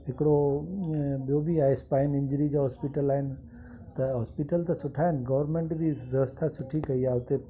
हिकिड़ो ॿियो बि आहे स्पाइन इंजरी जो हॉस्पिटल आहिनि त हॉस्पिटल त सुठा आहिनि गवरमेंट में व्यवस्था सुठी कई आहे हुते